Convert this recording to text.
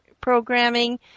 programming